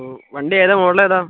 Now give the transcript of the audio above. O വണ്ടി ഏതാണ് മോഡലേതാണ്